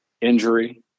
injury